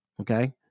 okay